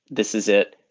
this is it.